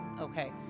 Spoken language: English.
okay